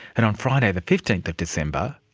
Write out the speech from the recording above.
and on friday the fifteenth of december,